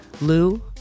Lou